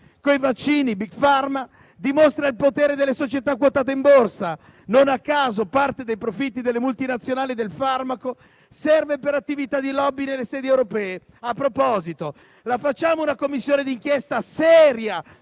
i vaccini, Big Pharma dimostra il potere delle società quotate in borsa. Non a caso, parte dei profitti delle multinazionali del farmaco serve per attività di *lobby* nelle sedi europee. A proposito: la facciamo una Commissione di inchiesta seria